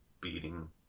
beating